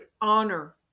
honor